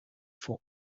for